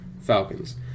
Falcons